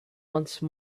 once